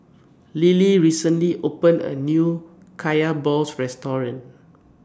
Lillie recently opened A New Kaya Balls Restaurant